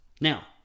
Now